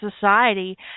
society